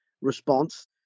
response